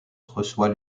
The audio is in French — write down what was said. reçoit